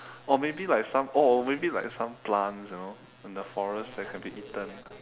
or maybe like some or maybe like some plants you know in the forest that can be eaten